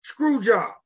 Screwjob